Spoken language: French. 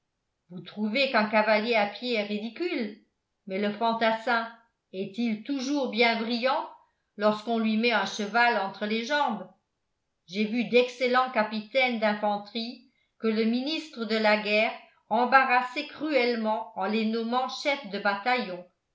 vous trouvez qu'un cavalier à pied est ridicule mais le fantassin est-il toujours bien brillant lorsqu'on lui met un cheval entre les jambes j'ai vu d'excellents capitaines d'infanterie que le ministre de la guerre embarrassait cruellement en les nommant chefs de bataillon